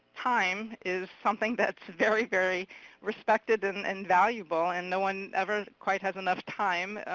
time is something that's very, very respected and and valuable. and no one ever quite has enough time,